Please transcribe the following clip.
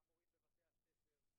גם מורים בבתי הספר,